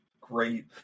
great